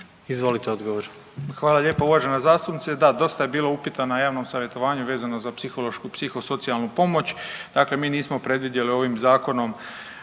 Ivan (HDZ)** Hvala lijepo uvažena zastupnice. Da dosta je bilo upita na javnom savjetovanju vezano za psihološku, psihosocijalnu pomoć. Dakle, mi nismo predvidjeli ovim zakonom